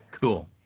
Cool